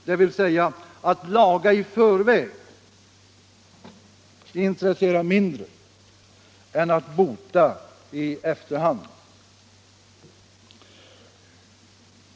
Med andra ord: Att laga i förväg intresserar mindre än att bota i efterhand.